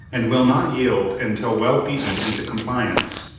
and will not yield until well beaten into compliance.